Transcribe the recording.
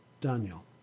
Daniel